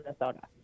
Minnesota